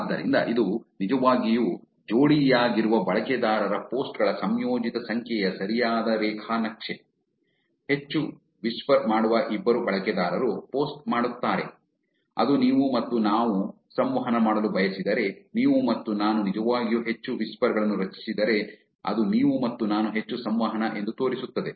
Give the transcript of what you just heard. ಆದ್ದರಿಂದ ಇದು ನಿಜವಾಗಿಯೂ ಜೋಡಿಯಾಗಿರುವ ಬಳಕೆದಾರರ ಪೋಸ್ಟ್ ಗಳ ಸಂಯೋಜಿತ ಸಂಖ್ಯೆಯ ಸರಿಯಾದ ರೇಖಾ ನಕ್ಷೆ ಹೆಚ್ಚು ವಿಸ್ಪರ್ ಮಾಡುವ ಇಬ್ಬರು ಬಳಕೆದಾರರು ಪೋಸ್ಟ್ ಮಾಡುತ್ತಾರೆ ಅದು ನೀವು ಮತ್ತು ನಾನು ಸಂವಹನ ಮಾಡಲು ಬಯಸಿದರೆ ನೀವು ಮತ್ತು ನಾನು ನಿಜವಾಗಿಯೂ ಹೆಚ್ಚು ವಿಸ್ಪರ್ ಗಳನ್ನು ರಚಿಸಿದರೆ ಅದು ನೀವು ಮತ್ತು ನಾನು ಹೆಚ್ಚು ಸಂವಹನ ಎಂದು ತೋರಿಸುತ್ತದೆ